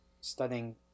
studying